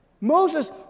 Moses